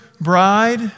bride